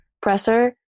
presser